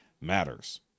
matters